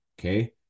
okay